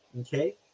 okay